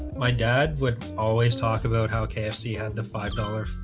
my dad would always talk about how kfc had the five dollars